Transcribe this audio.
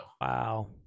Wow